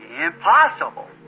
impossible